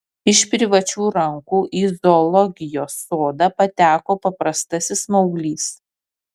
iš privačių rankų į zoologijos sodą pateko paprastasis smauglys